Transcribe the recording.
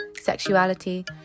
sexuality